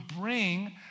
bring